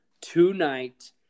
tonight